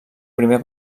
primer